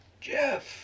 Jeff